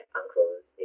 uncles